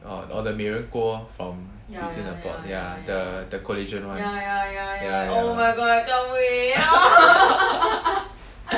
or or the 美人锅 from beauty in a pot ya the collagen one ya